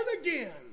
again